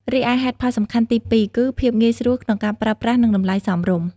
រីឯហេតុផលសំខាន់ទីពីរគឺ ភាពងាយស្រួលក្នុងការប្រើប្រាស់និងតម្លៃសមរម្យ។